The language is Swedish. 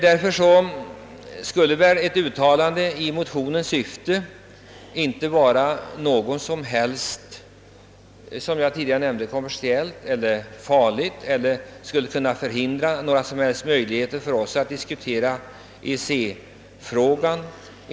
Därför skulle väl ett uttalande i motionens syfte inte vara, såsom jag tidigare nämnde, på något sätt kontroversiellt eller farligt eller minska våra möjligheter i EEC-frågan.